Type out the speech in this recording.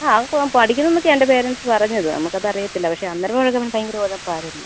ആ അവൻ കൊ പഠിക്കുന്നു എന്നൊക്കെയാണ് അവൻ്റെ പേരൻറ്സ് പറഞ്ഞത് നമുക്കത് അറിയില്ല പക്ഷേ അന്നേരം ഇവിടെ കിടന്ന് ഭയങ്കര ഉഴപ്പായിരുന്നു